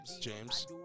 James